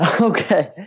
okay